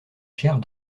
chaire